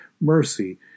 mercy